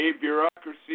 bureaucracy